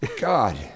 God